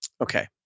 Okay